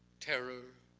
terror,